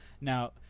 now